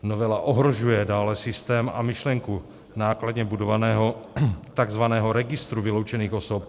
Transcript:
Novela dále ohrožuje systém a myšlenku nákladně budovaného takzvaného registru vyloučených osob.